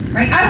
Right